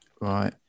Right